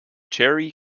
cherry